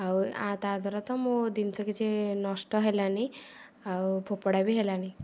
ଆଉ ଆ ତା ଦ୍ୱାରା ତ ମୁଁ ଜିନିଷ କିଛି ନଷ୍ଟ ହେଲାନି ଆଉ ଫୋପଡ଼ା ବି ହେଲାନି